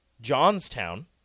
Johnstown